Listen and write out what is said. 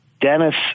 Dennis